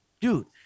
dude